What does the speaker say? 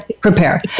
prepare